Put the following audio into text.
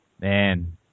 Man